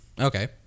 Okay